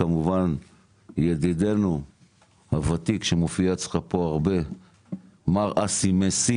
כמובן ידידנו הוותיק שמופיע אצלך פה הרבה מר אסי מסי